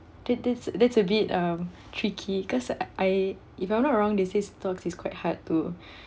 that that that's a bit um tricky because I if I'm not wrong they say stocks is quite hard to